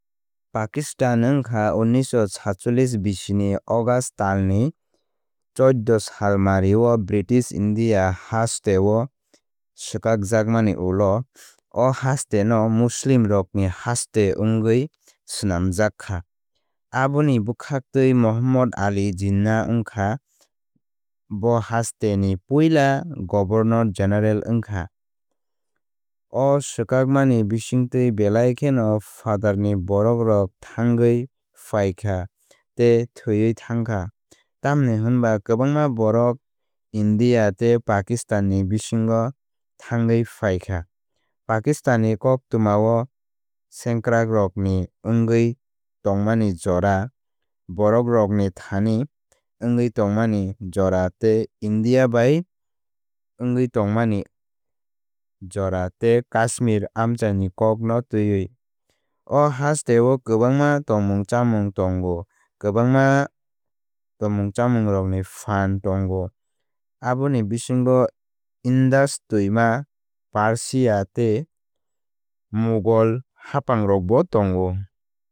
Pakistan wngkha unisho sat cholish bisini August talni choddo salmario British India hasteo swkakjakmani ulo o haste no muslim rokni haste wngwi swnamjak kha. Aboni bwkhaktwi Muhammad Ali Jinnah wngkha bo haste ni puila governor general wngkha. O swkakmani bisingtwi belai kheno phatarni borokrok thangwi phaikha tei thwiwi thangkha. Tamoni hwnba kwbangma borok India tei Pakistanni bisingo thangwi phaikha. Pakistan ni koktwmao sengkrakrokni wngwi tongmani jora borokrokni thani wngwi tongmani jora tei India bai wngwi tongmani jora tei Kashmir amchaini kokno twiwi. O hasteo kwbangma tongmung chamung tongo kwbangma tongmung chamungrokni phan tongo aboni bisingo Indus twima Persia tei Mughal haphangrokbo tongo.